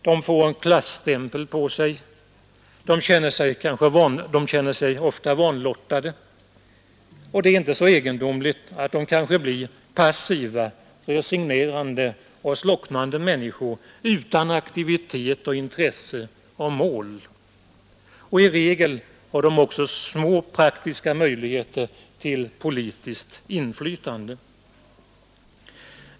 De får en klasstämpel Det är ingen väl på sig. De känner sig ofta vanlottade. Det är inte så egendomligt att de kanske blir passiva, resignerade och slocknande människor utan aktivitet och intresse och mål. I regel har de också små praktiska möjligheter till politiskt inflytande.